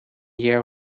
year